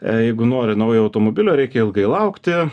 jeigu nori naujo automobilio reikia ilgai laukti